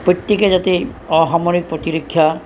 প্ৰত্যেকেই যাতে অসামৰিক প্ৰতিৰক্ষা